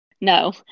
No